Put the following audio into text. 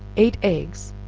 eight eggs,